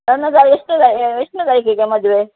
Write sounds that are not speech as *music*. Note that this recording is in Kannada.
*unintelligible* ಎಷ್ಟು ಎಷ್ಟನೇ ತಾರೀಕಿಗೆ ಮದುವೆ